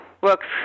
works